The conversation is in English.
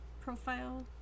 profile